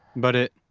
but it,